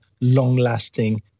long-lasting